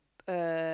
uh